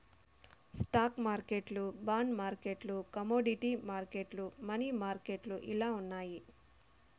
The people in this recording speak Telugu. స్టాక్ మార్కెట్లు బాండ్ మార్కెట్లు కమోడీటీ మార్కెట్లు, మనీ మార్కెట్లు ఇలా ఉన్నాయి